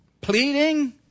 Pleading